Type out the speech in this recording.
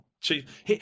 chief